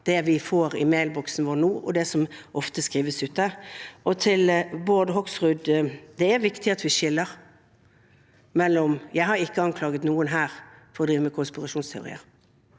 det vi får i mailboksen vår nå, og det som ofte skrives ute. Til Bård Hoksrud: Det er viktig at vi skiller. Jeg har ikke anklaget noen her for å drive med konspirasjonsteorier.